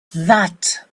that